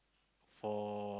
for